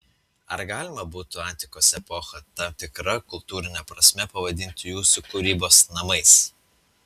ar galima būtų antikos epochą tam tikra kultūrine prasme pavadinti jūsų kūrybos namais